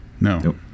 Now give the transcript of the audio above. No